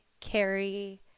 Carrie